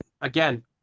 again